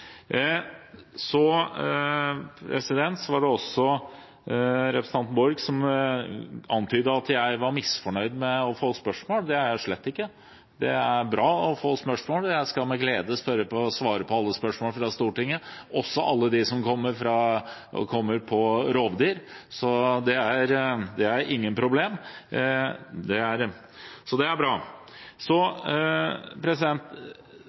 Representanten Borch antydet at jeg var misfornøyd med å få spørsmål. Det er jeg slett ikke, det er bra å få spørsmål, og jeg skal med glede svare på alle spørsmål fra Stortinget, også alle dem som kommer om rovdyr. Det er ingen problem. Det er bra. Så til Ørsal Johansen og den beiteprioriterte og rovdyrprioriterte målsettingen. Det er riktig at jeg sier at en oppnår resultater, som reduserte tap, men det er